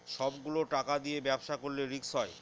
সব গুলো টাকা দিয়ে ব্যবসা করলে রিস্ক হয়